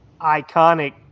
iconic